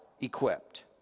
equipped